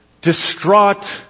distraught